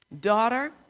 daughter